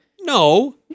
No